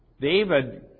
David